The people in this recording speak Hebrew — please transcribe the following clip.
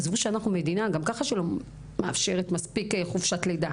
ועזבו שאנחנו מדינה שגם ככה לא מאפשרת מספיק חופשת לידה.